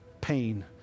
pain